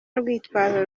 rwitwazo